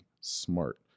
smart